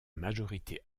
majorité